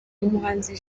umuhanzi